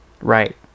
right